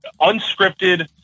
Unscripted